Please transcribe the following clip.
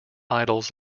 idols